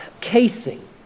casing